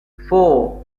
four